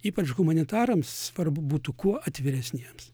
ypač humanitarams svarbu būtų kuo atviresniems